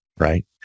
Right